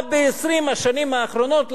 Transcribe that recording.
גרועה ב-20 השנים האחרונות.